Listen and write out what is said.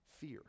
fear